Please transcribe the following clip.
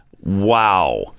Wow